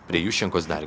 prie juščenkos dar